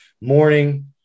morning